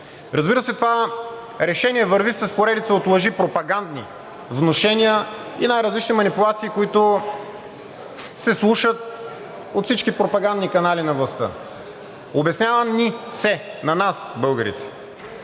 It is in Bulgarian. Разбира се, това решение върви с поредица от лъжи, пропагандни внушения и най-различни манипулации, които се слушат от всички пропагандни канали на властта. Обяснява ни се на нас българите,